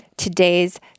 today's